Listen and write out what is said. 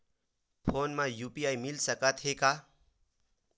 Phone मा UPI मिल सकत हे का?